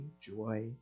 joy